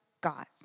God